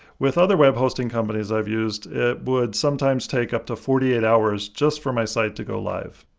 with other web hosting companies i've used, it would sometimes take up to forty eight hours just for my site to go live.